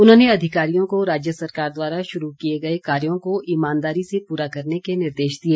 उन्होंने अधिकारियों को राज्य सरकार द्वारा शुरू किए गए कार्यों को ईमानदारी से पूरा करने के निर्देश दिए